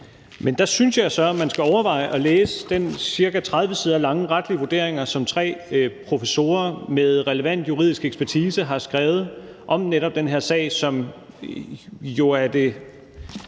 (S): Der synes jeg så, at man skal overveje at læse den ca. 30 sider lange retlige vurdering, som tre professorer med relevant juridisk ekspertise har skrevet om netop den her sag, som jo er det,